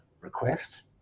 request